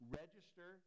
register